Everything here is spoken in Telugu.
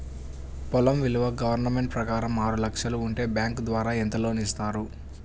పొలం విలువ గవర్నమెంట్ ప్రకారం ఆరు లక్షలు ఉంటే బ్యాంకు ద్వారా ఎంత లోన్ ఇస్తారు?